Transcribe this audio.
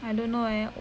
I don't know eh